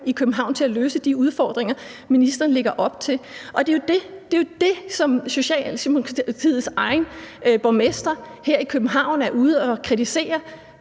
i København til at løse de udfordringer, ministeren lægger op til. Det er jo det, som Socialdemokratiets egen borgmester her i København er ude at kritisere